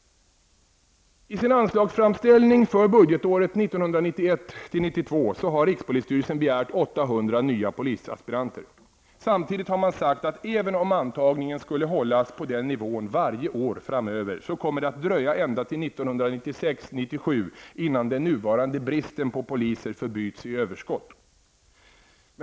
Samtidigt har man sagt att det, även om antagningen skulle hållas på den nivån varje år framöver, kommer att dröja ända till 1996/97 innan den nuvarande bristen på poliser förbyts i ett överskott.